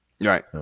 Right